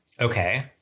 Okay